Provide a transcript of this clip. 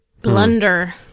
Blunder